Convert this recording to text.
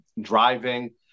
driving